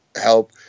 help